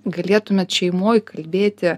galėtumėt šeimoje kalbėti